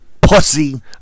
Pussy